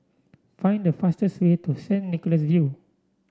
find the fastest way to Saint Nicholas View